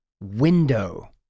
window